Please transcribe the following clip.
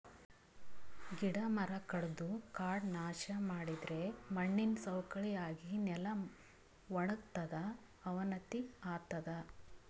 ಗಿಡ ಮರ ಕಡದು ಕಾಡ್ ನಾಶ್ ಮಾಡಿದರೆ ಮಣ್ಣಿನ್ ಸವಕಳಿ ಆಗಿ ನೆಲ ವಣಗತದ್ ಅವನತಿ ಆತದ್